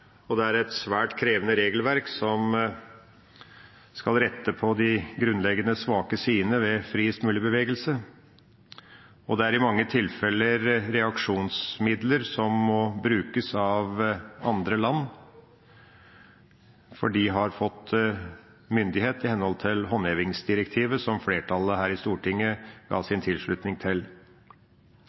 og det er et svært krevende regelverk som skal rette på de grunnleggende svake sidene ved friest mulig bevegelse. Og det er i mange tilfeller reaksjonsmidler som må brukes av andre land, for de har fått myndighet i henhold til håndhevingsdirektivet, som flertallet her i Stortinget ga sin tilslutning til.